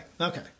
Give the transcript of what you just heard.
okay